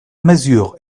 mesure